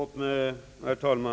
Herr talman!